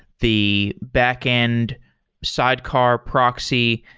the backend sidecar proxy.